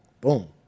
boom